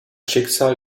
schicksal